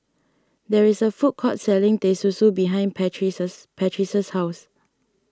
there is a food court selling Teh Susu behind Patrice's Patrice's house